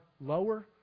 lower